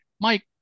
Mike